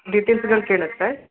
ಡಿಟೇಲ್ಸ್ಗಳು ಕೇಳತ್ತೆ